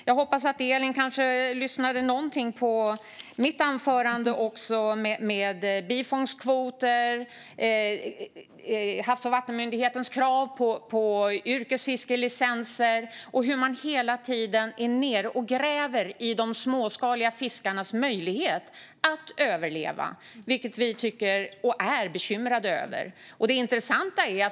Jag hoppas att Elin lyssnade lite på mitt anförande om bifångstkvoter, Havs och vattenmyndighetens krav på yrkesfiskelicenser och hur man hela tiden är nere och gräver i de småskaliga fiskarnas möjlighet att överleva, vilket vi är bekymrade över.